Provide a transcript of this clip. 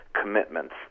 commitments